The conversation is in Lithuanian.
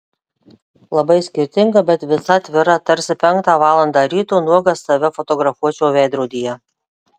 labai skirtinga bet visa atvira tarsi penktą valandą ryto nuogas save fotografuočiau veidrodyje